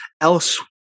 else